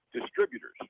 distributors